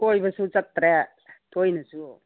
ꯀꯣꯏꯕꯁꯨ ꯆꯠꯇ꯭ꯔꯦ ꯇꯣꯏꯅꯁꯨ